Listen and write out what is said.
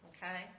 Okay